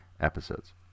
episodes